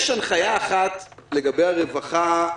יש הנחיה אחת לגבי הרווחה,